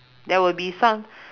there will be some